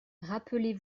rappelez